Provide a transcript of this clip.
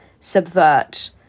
subvert